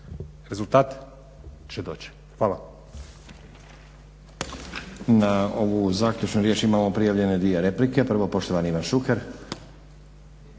rezultat će doći. Hvala.